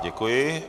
Děkuji.